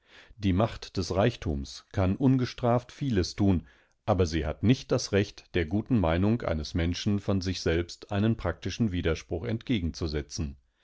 die konservativen grundlagen von doktororridgesprinzipien diemachtdesreichtumskannungestraftvielestun aber sie hat nicht das recht der guten meinung eines menschen von sich selbst einen praktischen widerspruch entgegenzusetzen